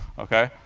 ok?